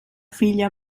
filla